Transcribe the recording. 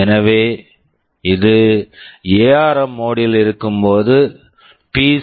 எனவே இது ARM ARM mode mode ல் இருக்கும்போது பி